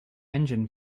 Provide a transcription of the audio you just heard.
engine